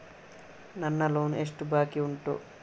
ನನ್ನ ಲೋನ್ ಎಷ್ಟು ಬಾಕಿ ಉಂಟು?